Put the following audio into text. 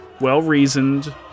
well-reasoned